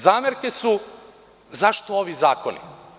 Zamerke su - zašto ovi zakoni?